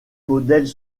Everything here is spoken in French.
modèles